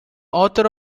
author